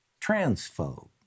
Transphobe